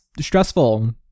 stressful